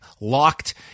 Locked